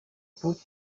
put